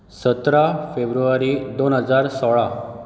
सतरा फेब्रुवारी दोन हजार सोळा